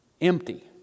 empty